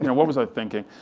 you know what was i thinking?